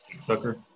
sucker